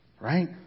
Right